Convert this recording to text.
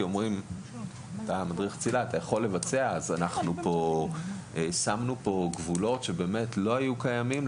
שמנו פה גבולות שלא היו קיימים.